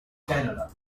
canada